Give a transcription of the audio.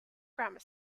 grammar